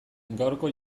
gaurko